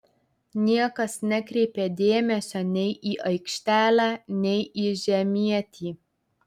niekas nekreipė dėmesio nei į aikštelę nei į žemietį